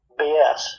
BS